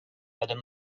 other